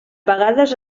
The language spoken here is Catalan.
vegades